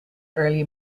early